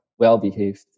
well-behaved